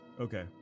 Okay